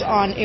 on